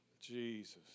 Jesus